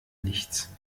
nichts